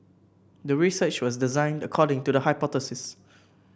the research was designed according to the hypothesis